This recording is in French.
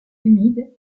humide